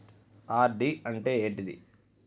RD అంటే ఏంటిది?